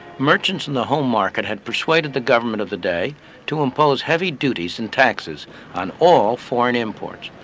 merchants in the home market had persuaded the government of the day to impose heavy duties and taxes on all foreign imports,